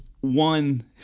one